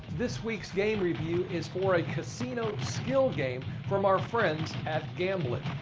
this week's game review is for a casino skill game from our friends at gamblit.